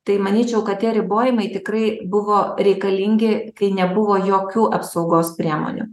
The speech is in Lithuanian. tai manyčiau kad tie ribojimai tikrai buvo reikalingi kai nebuvo jokių apsaugos priemonių